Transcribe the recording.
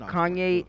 Kanye